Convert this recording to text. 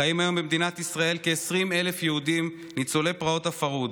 חיים היום במדינת ישראל כ-20,000 יהודים ניצולי פרעות הפרהוד,